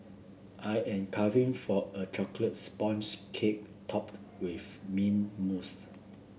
I am craving for a chocolates sponge cake topped with mint mousse